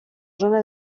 zona